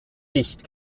dicht